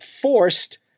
forced